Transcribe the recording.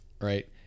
Right